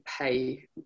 pay